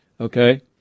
Okay